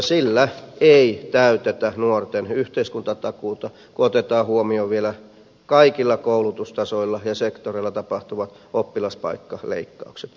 sillä ei täytetä nuorten yhteiskuntatakuuta kun otetaan huomioon vielä kaikilla koulutustasoilla ja sektoreilla tapahtuvat oppilaspaikkaleikkaukset